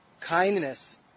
kindness